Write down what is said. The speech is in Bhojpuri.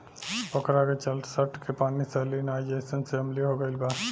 पोखरा के तलछट के पानी सैलिनाइज़ेशन से अम्लीय हो गईल बा